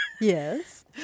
Yes